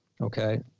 Okay